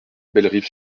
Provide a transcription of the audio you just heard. bellerive